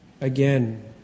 again